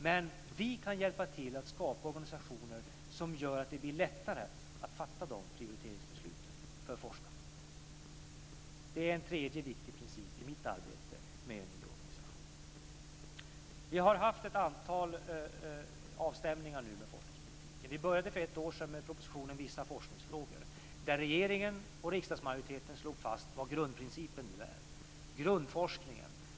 Men vi kan hjälpa till att skapa organisationer som gör att det blir lättare för forskarna att fatta de prioriteringsbesluten. Det är en tredje viktig princip i mitt arbete med en ny organisation. Vi har haft ett antal avstämningar med forskningspolitiken. Vi började för ett år sedan med propositionen Vissa forskningsfrågor, där regeringen och riksdagsmajoriteten slog fast vad grundprincipen nu är: grundforskningen.